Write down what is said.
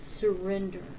surrender